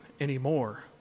anymore